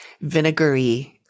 vinegary